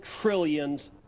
trillions